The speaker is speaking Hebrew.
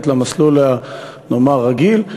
למסלול הרגיל.